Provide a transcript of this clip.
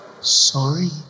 sorry